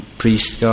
priest